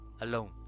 Alone